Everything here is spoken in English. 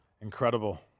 Incredible